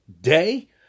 day